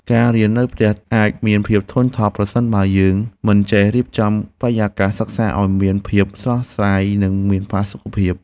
ការរៀននៅផ្ទះអាចមានភាពធុញថប់ប្រសិនបើយើងមិនចេះរៀបចំបរិយាកាសសិក្សាឱ្យមានភាពស្រស់ស្រាយ និងមានផាសុកភាព។